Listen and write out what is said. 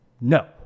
No